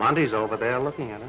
mondays over there looking at it